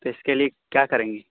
تو اس کے لیے کیا کریں گے